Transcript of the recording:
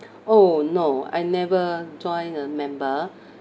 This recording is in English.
oh no I never join the member